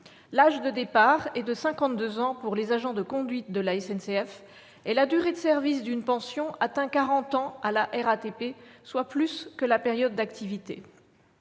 L'âge de départ est de 52 ans pour les agents de conduite de la SNCF, et la durée de service d'une pension atteint 40 ans à la RATP, soit plus que la période d'activité.